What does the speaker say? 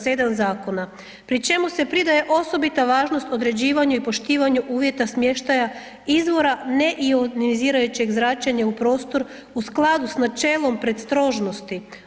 7. Zakona, pri čemu se pridaje osobita važnost određivanju i poštivanju uvjeta smještaja izvora neionizirajućeg zračenja u prostor u skladu s načelom predostrožnosti.